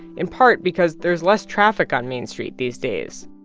in part because there's less traffic on main street these days.